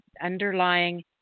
underlying